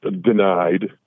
denied